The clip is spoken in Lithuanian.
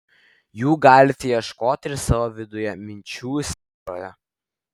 jų galite ieškoti ir savo viduje minčių sferoje